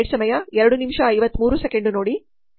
ಈಗ ಕಾಯುವ ಸಾಲಿನ ತಂತ್ರಗಳಿಗೆ ಬರುತ್ತಿದೆ